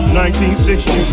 1960